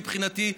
מבחינתי,